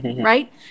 right